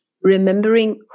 Remembering